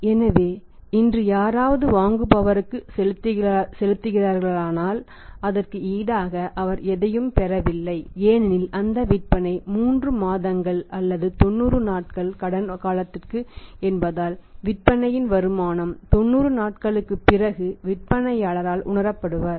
எனவே இன்று யாராவது வாங்குபவருக்கு விற்பனை செய்கிறார்களானால் அதற்கு ஈடாக அவர் எதையும் பெறவில்லை ஏனெனில் அந்த விற்பனை 3 மாதங்கள் அல்லது 90 நாட்கள் கடன் காலத்திற்கு என்பதால் விற்பனையின் வருமானம் 90 நாட்களுக்கு பிறகு விற்பனையாளர் உணர்வார்